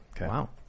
Wow